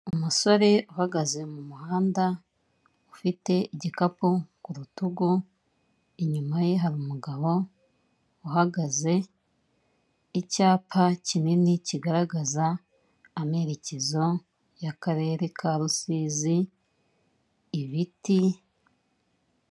Umusore uhagaze mu muhanda ufite igikapu ku rutugu inyuma ye hari umugabo uhagaze, icyapa kinini kigaragaza amerekezo y'akarere ka Rusizi ibiti.